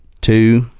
Two